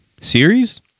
Series